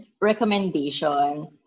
recommendation